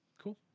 cool